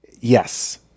Yes